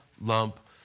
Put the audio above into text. lump